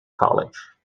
college